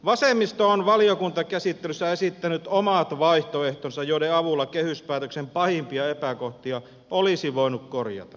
vasemmisto on valiokuntakäsittelyssä esittänyt omat vaihtoehtonsa joiden avulla kehyspäätöksen pahimpia epäkohtia olisi voinut korjata